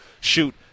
shoot